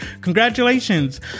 Congratulations